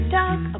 talk